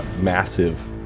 massive